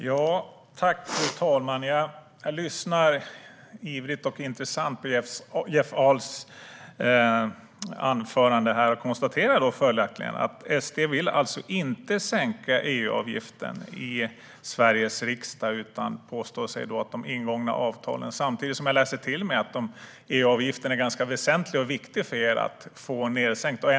Fru talman! Jag lyssnade ivrigt och intresserat på Jeff Ahls anförande. Följaktligen kan jag konstatera att SD inte vill sänka EU-avgiften i Sveriges riksdag utan påstår att ingångna avtal gäller. Samtidigt har jag läst mig till att det är väsentligt och viktigt för SD att få ned EU-avgiften.